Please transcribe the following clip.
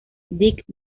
dick